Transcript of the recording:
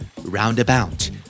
Roundabout